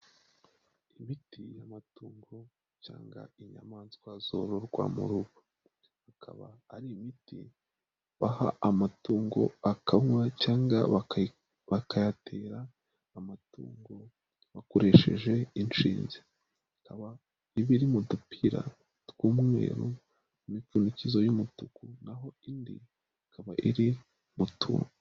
Ibiti y'amatungo cyangwa inyamaswa zororwa mu rugo, bakaba ari imiti baha amatungo akanywa cyangwa bakayatera amatungo bakoresheje inshinge, ikaba iba iri mu dupira tw'umweru mu mipfundikizo y'umutuku naho indi ikaba iri mutu.